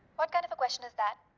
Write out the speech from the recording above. what kind of a question is that?